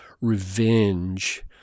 revenge